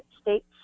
states